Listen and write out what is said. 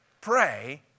pray